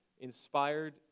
inspired